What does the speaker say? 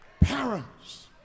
Parents